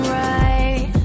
right